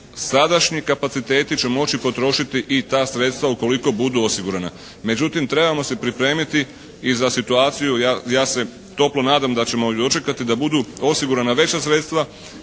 sadašnji kapaciteti će moći potrošiti i ta sredstva ukoliko budu osigurana. Međutim, trebamo se pripremiti i za situaciju, ja se toplo nadam da ćemo ju dočekati, da budu osigurana veća sredstva